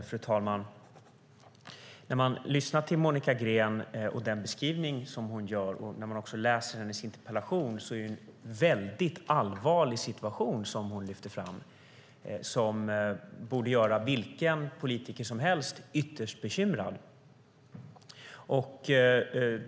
Fru talman! När man lyssnar på Monica Greens beskrivning och läser hennes interpellation handlar det om en allvarlig situation som borde göra vilken politiker som helst ytterst bekymrad.